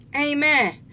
Amen